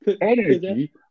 energy